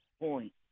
point